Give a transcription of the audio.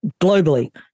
globally